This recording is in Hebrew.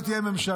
לא תהיה ממשלה.